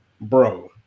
bro